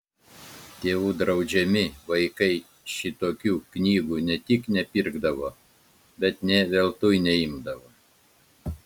tėvų draudžiami vaikai šitokių knygų ne tik nepirkdavo bet nė veltui neimdavo